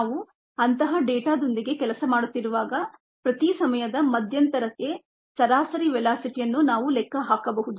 ನಾವು ಅಂತಹ ಡೇಟಾದೊಂದಿಗೆ ಕೆಲಸ ಮಾಡುತ್ತಿರುವಾಗ ಪ್ರತಿ ಸಮಯದ ಮಧ್ಯಂತರಕ್ಕೆ ಸರಾಸರಿ ವೆಲಾಸಿಟಿಯನ್ನು ನಾವು ಲೆಕ್ಕ ಹಾಕಬಹುದು